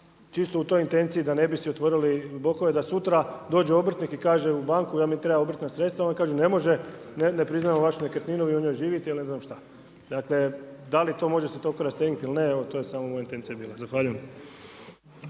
čito u toj intenciji da ne bi si otvorili … da sutra dođe obrtnik i kaže u banku … obrtna sredstva oni kažu ne može ne priznaju vašu nekretninu vi u njoj živite ili ne znam šta. Dakle da li to može se toliko rastegnuti ili ne evo to je samo moja intencija bila. Zahvaljujem.